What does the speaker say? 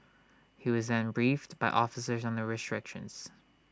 he was then briefed by officers on the restrictions